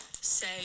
Say